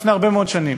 לפני הרבה מאוד שנים.